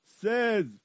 Says